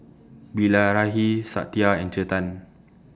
Bilahari Satya and Chetan